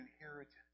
inheritance